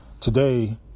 Today